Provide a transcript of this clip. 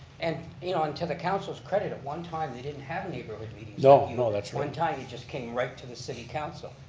and you know and to the council's credit, at one time they didn't have neighborhood meetings. no, you know that's right. one time you just came right to the city council.